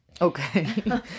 okay